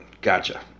Gotcha